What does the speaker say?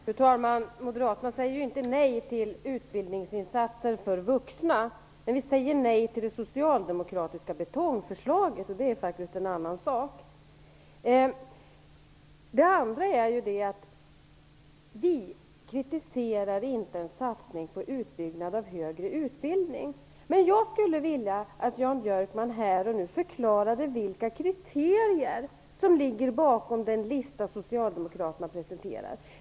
Fru talman! Moderaterna säger ju inte nej till utbildningsinsatser för vuxna. Men vi säger nej till det socialdemokratiska betongförslaget, och det är faktiskt en annan sak. Vi kritiserar inte en satsning på utbyggnad av högre utbildning. Jag skulle vilja att Jan Björkman här och nu förklarade vilka kriterier som ligger bakom den lista som socialdemokraterna presenterar.